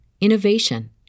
innovation